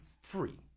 free